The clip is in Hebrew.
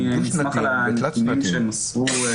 אני נסמך על הנתונים שמסרו,